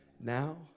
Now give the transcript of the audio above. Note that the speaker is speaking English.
Now